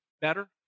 better